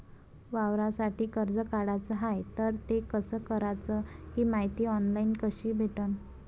वावरासाठी कर्ज काढाचं हाय तर ते कस कराच ही मायती ऑनलाईन कसी भेटन?